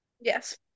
Yes